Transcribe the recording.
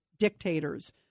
dictators